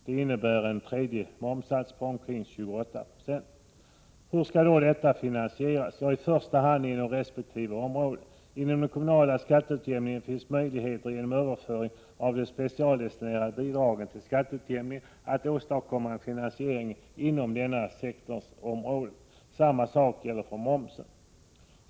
Detta innebär en tredje momssats på omkring 28 I”. Hur skall detta finansieras? Ja, i första hand inom resp. område. Inom den kommunala skatteutjämningen finns möjligheten att genom överföring av de specialdestinerade bidragen till skatteutjämningen åstadkomma en finansiering inom den kommunala sektorns område. Samma sak gäller för momsen.